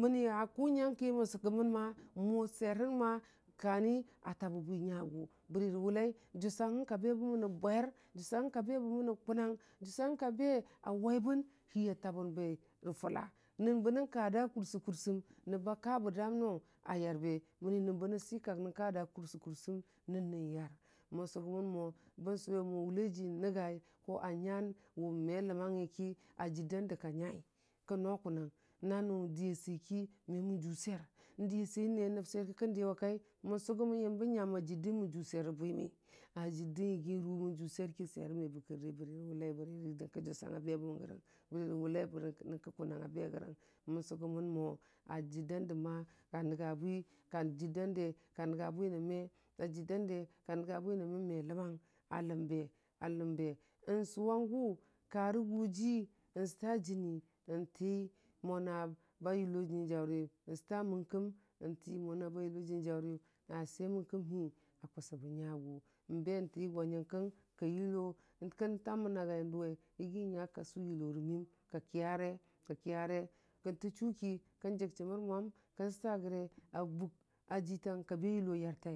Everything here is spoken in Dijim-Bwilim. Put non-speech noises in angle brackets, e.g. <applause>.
məni a kʊ nyanke mən sʊgʊmən <unintelligible> mʊwa swern <unintelligible> gani atabə bwi nyagʊ bəri rə wʊlai jʊsang ka ba bəmən bwer, jʊsung ka be bəmən nə kʊnang jʊsung ka bə a waibən hi a tabənbe rə fʊla nən bənə kada kursə-kursəng nəbba ka bə dangno a yarbe məni nən bənə səkak nən ka dai kursə-kursəng nən nəni yur mən sʊgʊmən mo bən sʊwe mo wʊlai ji nəngai <unintelligible> a nyai wʊ me ləmangi ki a jər dandə ka nyai kən no kʊ nang na nʊ diya səi ki memən ju swer dəya səi na nəb swer a səi ki kən dəya wa kai, mən sʊgʊmən yəmbə nyam ajərde mə ju swer rə bwimi, ajərde yigi rʊ mənjʊ swer ki, swer ma bə kərrə bəri rə wʊlai bəra rə nyənkə kʊnang n be rəyən, mən sʊgʊmənmo ajər dandə <unintelligible> ka nənga bwi la jərdande ka nənga bwi nən me, ajərdunde ka nənga bwi nən mə meləmang a ləmba a ləmbe, sʊwangʊ karə gʊji sʊta jəni tii mo na ba yʊlo jəni jauri, sʊta mən kəm təmo naba yʊki jənəjauri a se məmkəm hi a kʊsəbə nyagʊ, be tii go nyənkəng ka yʊlo, kən tamən a gui dʊwe yəyi nya ka sʊ yʊlo wʊrə məm, kə kyare, kə kyare kə tə chʊ ki kən jəg chəmər mwam kən sʊta gəre a bʊk ajitang ka be yʊlo yarte.